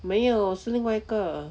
没有是另外一个